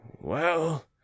Well